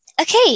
Okay